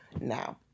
now